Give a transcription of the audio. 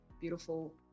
beautiful